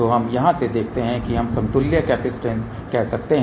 तो हम यहाँ से देखते हैं कि हम समतुल्य कैपेसिटेंस कह सकते हैं